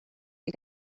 you